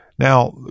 Now